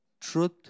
truth